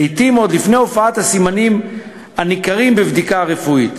לעתים עוד לפני הופעת הסימנים הניכרים בבדיקה הרפואית.